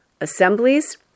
Assemblies